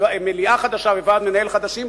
מליאה חדשה וועד מנהל חדשים,